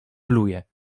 pluje